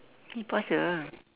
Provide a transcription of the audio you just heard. he puasa